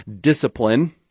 Discipline